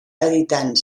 editant